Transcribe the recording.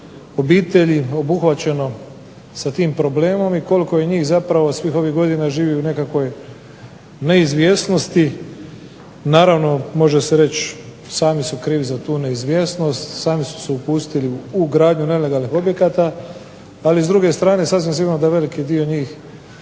obitelji obuhvaćeno sa tim problemom i koliko je njih zapravo svih ovih godina živi u nekakvoj neizvjesnosti. Naravno, može se reći sami su krivi za tu neizvjesnost, sami su se upustili u gradnju nelegalnih objekata. Ali s druge strane sasvim sigurno da veliki dio njih